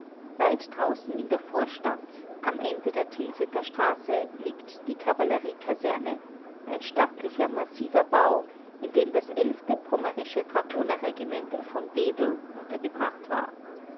weit draußen in der vorstadt am ende der tilsiter straße liegt die kavalleriekaserne ein stattlicher massiver bau in dem das pommerische dragonerregiment v wedel untergebracht war